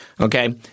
Okay